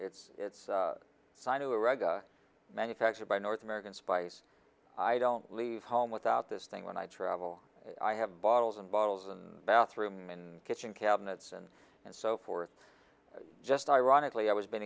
it's its side of the rug manufactured by north american spice i don't leave home without this thing when i travel i have bottles and bottles and bathroom and kitchen cabinets and so forth just ironically i was be